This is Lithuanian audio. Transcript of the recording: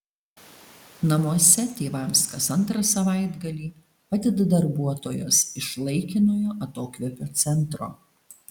namuose tėvams kas antrą savaitgalį padeda darbuotojos iš laikinojo atokvėpio centro